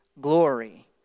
glory